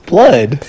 Blood